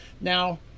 Now